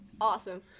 Awesome